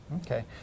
Okay